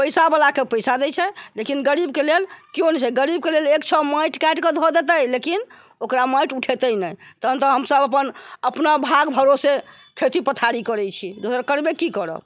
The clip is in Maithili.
पैसा बलाके पैसा देइ छै लेकिन गरीबके लेल केओ नहि छै गरीबके लेल एक छह माटि काटिके दय देतै लेकिन ओकरा माटि उठेतै नहि तखन तऽ हम सभ अपन अपना भाग भरोसे खेती पथारी करै छी दोसर करबै कि करब